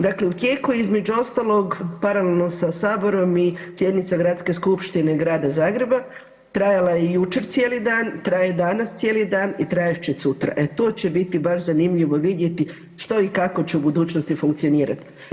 Dakle u tijeku je između ostalog paralelno sa saborom i sjednica Gradske skupštine Grada Zagreba, trajala je jučer cijeli dan, traje danas cijeli dan i trajat će sutra, e to će biti baš zanimljivo vidjeti što će i kako će u budućnosti funkcionirati.